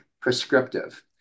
prescriptive